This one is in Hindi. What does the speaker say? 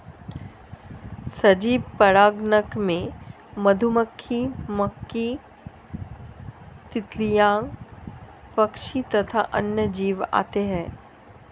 सजीव परागणक में मधुमक्खी, मक्खी, तितलियां, पक्षी तथा अन्य जीव आते हैं